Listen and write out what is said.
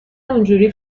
اونحوری